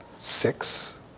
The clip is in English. six